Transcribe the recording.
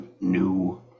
new